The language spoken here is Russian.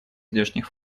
здешних